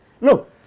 Look